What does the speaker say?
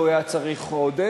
ויוצאות.